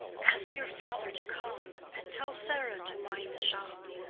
ask your father to come, and tell sarah to mind the shop.